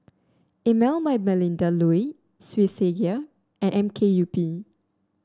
Emel by Melinda Looi Swissgear and M K U P